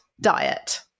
diet